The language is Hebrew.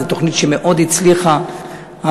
זו תוכנית שהצליחה מאוד,